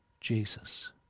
Jesus